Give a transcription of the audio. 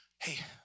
Hey